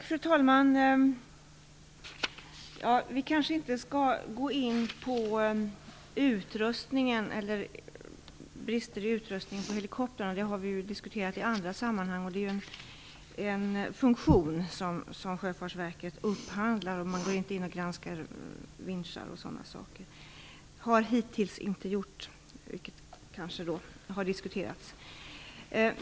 Fru talman! Vi kanske inte skall gå in på utrustningen, eller brister i utrustningen, på helikoptrarna. Det har vi diskuterat i andra sammanhang. Det är en funktion som Sjöfartsverket upphandlar, och man går inte in och granskar vinschar och sådant. Man har i alla fall inte gjort det hittills, vilket har diskuterats.